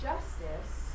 Justice